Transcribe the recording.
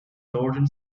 northern